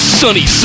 sunny